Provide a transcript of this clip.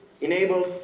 enables